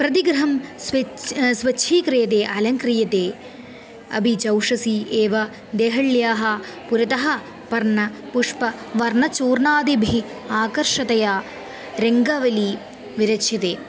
प्रतिगृहं स्वच् स्वच्छीक्रियते अलङ्क्रियते अपि च उशसी एव देहळ्याः पुरतः पर्णपुष्पवर्णचूर्णादिभिः आकर्षतया रङ्गवल्ली विरच्यते